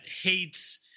hates